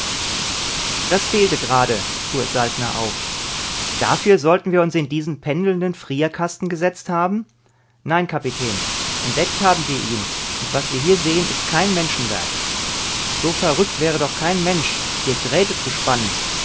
das fehlte gerade fuhr saltner auf dafür sollten wir uns in diesen pendelnden frierkasten gesetzt haben nein kapitän entdeckt haben wir ihn und was wir da sehen ist kein menschenwerk so verrückt wäre doch kein mensch hier drähte zu spannen